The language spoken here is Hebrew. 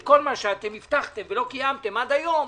את כל מה שהבטחתם ולא קיימתם עד היום,